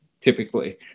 typically